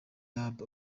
lab